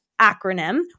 acronym